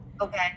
okay